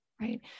right